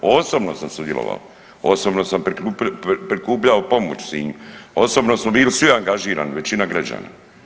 Osobno sam sudjelovao, osobno sam prikupljao pomoć u Sinju, osobno smo bili svi angažirani, većina građana.